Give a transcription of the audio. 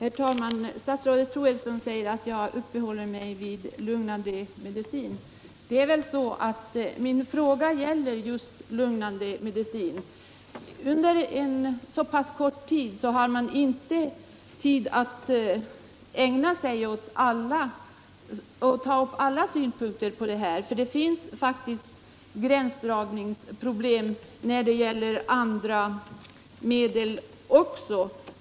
Herr talman! Statsrådet Troedsson säger att jag uppehåller mig vid lugnande medel. Men det är ju just sådana som min fråga gäller. Det är inte tid att ta upp alla synpunkter här, men det finns faktiskt gränsdragningsproblem när det gäller andra medel också.